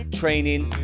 training